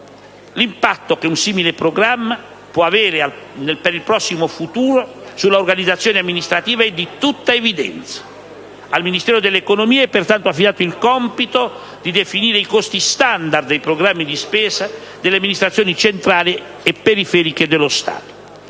L'impatto che un simile programma di riforme può avere per il prossimo futuro sull'organizzazione amministrativa è di tutta evidenza. Al Ministero dell'economia è pertanto affidato il compito di definire i costi *standard* dei programmi di spesa delle amministrazioni centrali e periferiche dello Stato.